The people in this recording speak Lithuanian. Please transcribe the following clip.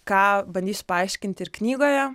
ką bandysiu paaiškinti ir knygoje